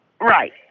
Right